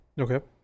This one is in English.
Okay